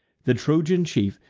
the trojan chief,